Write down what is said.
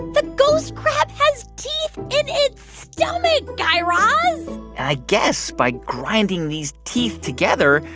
the ghost crab has teeth in its stomach, guy raz i guess by grinding these teeth together,